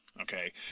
Okay